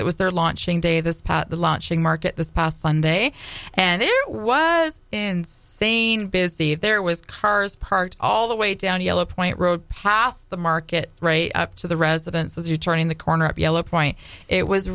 that was their launching day this pot launching market this past sunday and it was in sane busy there was cars parked all the way down yellow point road past the market right up to the residence as you turning the corner of yellow point it was